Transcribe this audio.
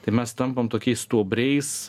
tai mes tampam tokiais stuobriais